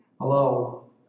Hello